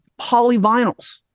polyvinyls